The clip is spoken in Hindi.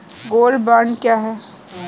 गोल्ड बॉन्ड क्या है?